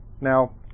Now